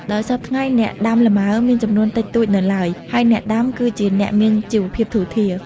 ដោយសព្វថ្ងៃ អ្នកដាំលម៉ើ មានចំនួនតិចតួចនៅឡើយ ហើយអ្នកដាំ គឺជាអ្នកមានជីវភាពធូរធារ។